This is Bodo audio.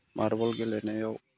मार्बल गेलेनायाव